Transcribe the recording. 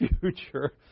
future